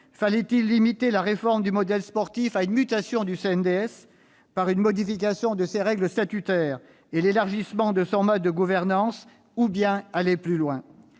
Fallait-il limiter la réforme du modèle sportif à une mutation du CNDS, par une modification de ses règles statutaires et l'élargissement de son mode de gouvernance, ou bien aller plus loin ?